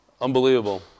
Unbelievable